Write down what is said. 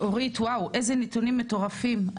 אורית, וואו, איזה נתונים מטורפים.